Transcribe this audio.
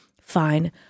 fine